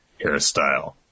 hairstyle